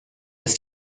ist